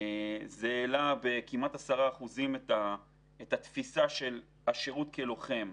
זה העלה בכמעט 10% את התפיסה של השירות כלוחם,